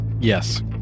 Yes